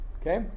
Okay